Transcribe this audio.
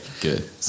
Good